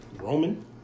Roman